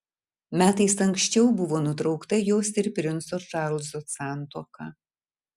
metais anksčiau buvo nutraukta jos ir princo čarlzo santuoka